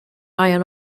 iron